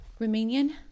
Romanian